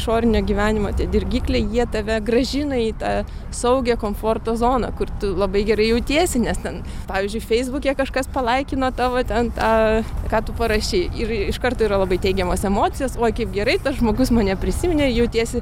išorinio gyvenimo tie dirgikliai jie tave grąžina į tą saugią komforto zoną kur tu labai gerai jautiesi nes ten pavyzdžiui feisbuke kažkas palaikino tavo ten tą ką tu parašei ir iš karto yra labai teigiamos emocijos kaip gerai tas žmogus mane prisiminė jautiesi